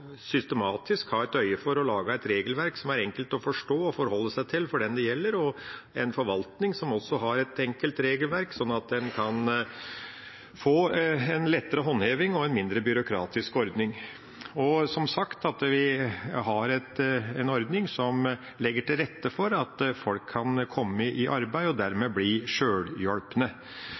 systematisk å ha for øye å lage et regelverk som er enkelt å forstå og forholde seg til for den det gjelder, og en forvaltning som også har et enkelt regelverk, slik at en kan få en lettere håndheving og en mindre byråkratisk ordning, og – som sagt – en ordning som legger til rette for at folk kan komme i arbeid og